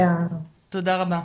תודה רבה.